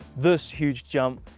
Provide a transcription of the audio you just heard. this huge jump,